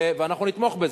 ואנחנו נתמוך בזה,